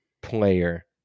player